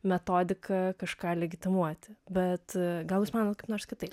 metodika kažką legitimuoti bet gal jūs manot kaip nors kitaip